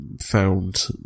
found